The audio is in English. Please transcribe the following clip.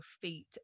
feet